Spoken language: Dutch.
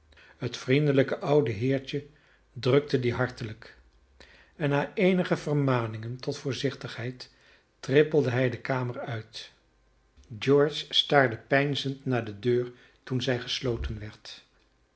het vriendelijke oude heertje drukte die hartelijk en na eenige vermaningen tot voorzichtigheid trippelde hij de kamer uit george staarde peinzend naar de deur toen zij gesloten werd